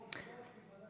לא, הוא בוועדת כלכלה.